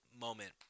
moment